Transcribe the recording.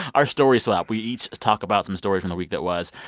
our story swap we each talk about some stories from the week that was.